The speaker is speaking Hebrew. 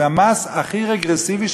זה המס הכי רגרסיבי.